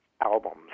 albums